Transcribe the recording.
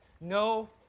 no